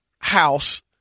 house